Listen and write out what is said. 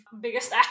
biggest